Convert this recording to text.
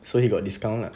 so he got discount lah